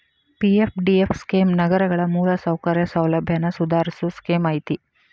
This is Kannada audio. ಪಿ.ಎಫ್.ಡಿ.ಎಫ್ ಸ್ಕೇಮ್ ನಗರಗಳ ಮೂಲಸೌಕರ್ಯ ಸೌಲಭ್ಯನ ಸುಧಾರಸೋ ಸ್ಕೇಮ್ ಐತಿ